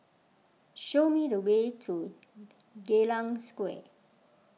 show me the way to Geylang Square